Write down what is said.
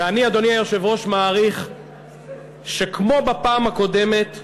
ואני, אדוני היושב-ראש, מעריך שכמו בפעם הקודמת,